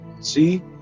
See